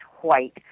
white